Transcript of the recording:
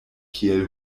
kiel